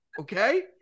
Okay